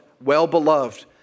well-beloved